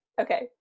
Okay